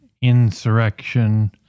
insurrection